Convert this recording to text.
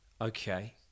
Okay